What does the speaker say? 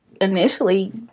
initially